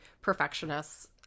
perfectionists